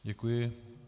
Děkuji.